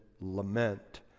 lament